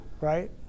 right